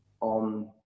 on